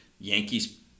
Yankees